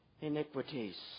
iniquities